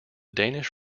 danish